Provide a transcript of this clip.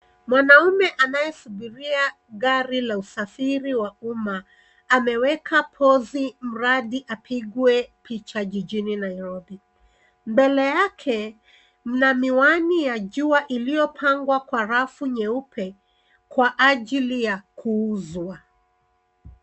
Mwanaume anayesubiria gari la usafiri wa umma ameweka pozi mradi apigwe picha jijini Nairobi. Mbele yake mna miwani ya jua iliyopangwa kwa rafu nyeupe kwa ajili ya kuuzwa.